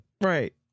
Right